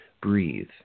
Breathe